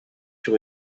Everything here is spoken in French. sur